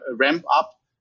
ramp-up